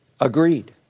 Agreed